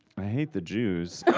i hate the jews,